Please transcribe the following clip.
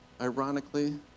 ironically